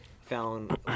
found